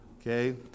Okay